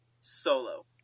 Solo